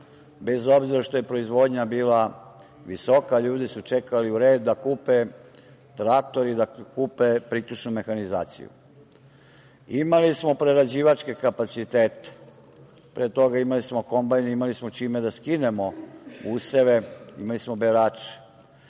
bez obzira što je proizvodnja bila visoka, ljudi su čekali u redu da kupe traktor i da kupe priključnu mehanizaciju. Imali smo prerađivačke kapacitete, pre toga imali smo kombajne, imali smo čime da skinemo useve, imali smo berače.